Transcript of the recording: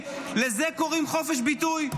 לזה קוראים חופש ביטוי?